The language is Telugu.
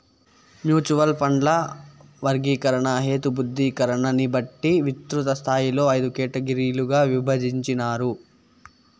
మ్యూచువల్ ఫండ్ల వర్గీకరణ, హేతబద్ధీకరణని బట్టి విస్తృతస్థాయిలో అయిదు కేటగిరీలుగా ఇభజించినారు